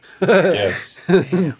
Yes